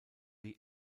die